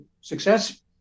success